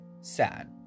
Sad